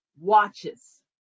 watches